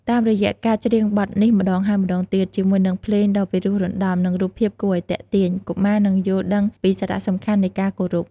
តាមរយៈការច្រៀងបទនេះម្តងហើយម្តងទៀត ជាមួយនឹងភ្លេងដ៏ពិរោះរណ្ដំ និងរូបភាពគួរឲ្យទាក់ទាញ កុមារនឹងយល់ដឹងពីសារៈសំខាន់នៃការគោរព។